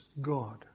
God